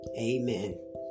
Amen